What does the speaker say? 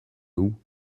nous